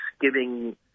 giving